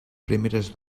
primeres